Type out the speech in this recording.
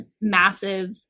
massive